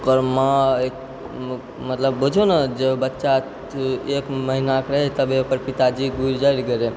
ओकर माँ मतलब बुझु ने जे बच्चा एक महीनाके रहै तबे ओकर पिताजी गुजर गेलै